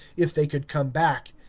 if they could come back.